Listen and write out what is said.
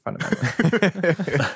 fundamentally